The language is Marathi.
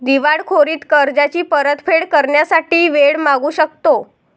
दिवाळखोरीत कर्जाची परतफेड करण्यासाठी वेळ मागू शकतो